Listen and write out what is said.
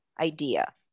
idea